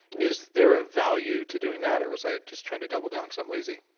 is there a value to doing that, or was i just trying to double dunk cause i'm lazy?